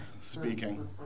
speaking